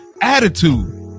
attitude